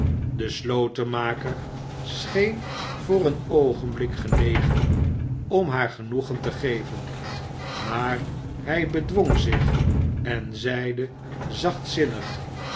de slotenmaker scheen voor een oogenblik genegen om haargenoegen te geven maar hij bedwong zich en zeide